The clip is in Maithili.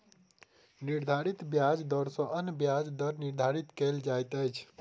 निर्धारित ब्याज दर सॅ अन्य ब्याज दर निर्धारित कयल जाइत अछि